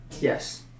Yes